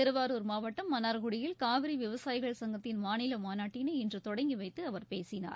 திருவாரூர் மாவட்டம் மன்னார்குடியில் காவிரி விவசாயிகள் சங்கத்தின் மாநில மாநாட்டினை இன்று தொடங்கி வைத்து அவர் பேசினார்